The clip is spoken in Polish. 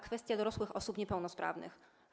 Kwestia dorosłych osób niepełnosprawnych.